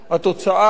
התוצאה,